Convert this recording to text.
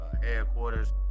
headquarters